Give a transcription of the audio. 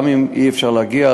גם אם אי-אפשר להגיע,